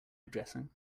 addressing